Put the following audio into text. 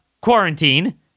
quarantine